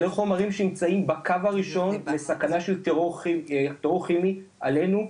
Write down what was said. אלה החומרים שנמצאים בקו הראשון לסכנה של טרור כימי עלינו,